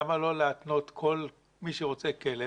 למה לא להתנות בכך שכל מי שרוצה כלב,